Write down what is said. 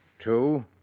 Two